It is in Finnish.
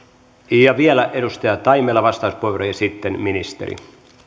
vielä edustaja taimela vastauspuheenvuoro ja sitten ministeri